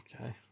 Okay